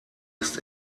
ist